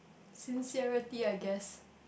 sincerity I guess